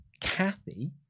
kathy